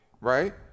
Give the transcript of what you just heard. right